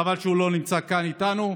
חבל שהוא לא נמצא כאן איתנו.